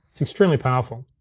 it's extremely powerful.